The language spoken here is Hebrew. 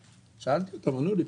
שאלתי אותם, ענו לי.